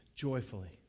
joyfully